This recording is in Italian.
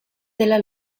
della